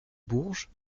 bourges